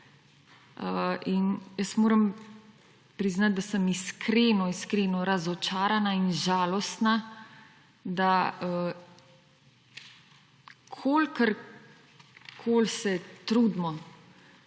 In jaz moram priznati, da sem iskreno, iskreno razočarana in žalostna, da kolikorkoli se trudimo